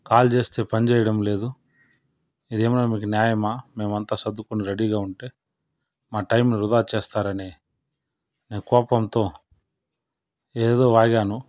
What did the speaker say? call చేస్తే పని చేయడం లేదు ఇదేమైన మీకు న్యాయమా మేమంతా సర్దుకొని రెడీగా ఉంటే మా టైం వృధా చేస్తారని నేను కోపంతో ఏదో వాగాను